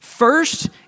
First